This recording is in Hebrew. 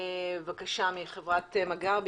חברת מגער.